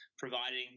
providing